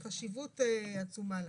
יש חשיבות עצומה לה.